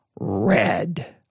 Red